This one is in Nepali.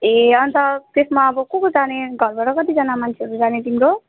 ए अन्त त्यसमा अब को को जाने घरबाट कतिजना मान्छेहरू जाने तिम्रो